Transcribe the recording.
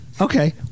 Okay